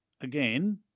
again